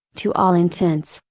to all intents,